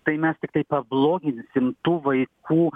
tai mes tiktai pabloginsim tų vaikų